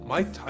Mike